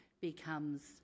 becomes